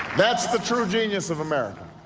that's the true genius of america